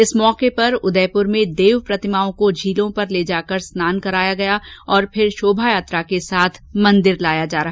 इस मौके पर उदयपुर में देव प्रतिमाओं को झीलों पर ले जाकर स्नान कराया गया और फिर शोभा यात्रा के साथ मंदिर में लाया गया